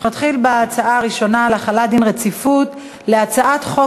נתחיל בהצבעה הראשונה על החלת דין רציפות על הצעת חוק